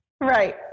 Right